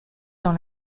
dans